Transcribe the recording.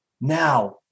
Now